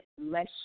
less